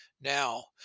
now